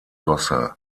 gosse